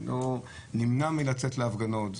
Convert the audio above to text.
לא נמנע מלצאת להפגנות,